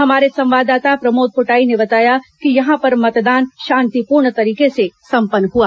हमारे संवाददाता प्रमोद पोटाई ने बताया कि यहां पर मतदान शांतिपूर्ण तरीके से संपन्न हुआ